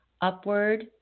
upward